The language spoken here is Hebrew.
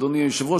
אדוני היושב-ראש,